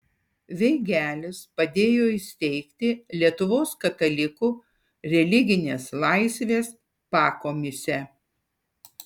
veigelis padėjo įsteigti lietuvos katalikų religinės laisvės pakomisę